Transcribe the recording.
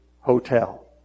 hotel